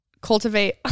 cultivate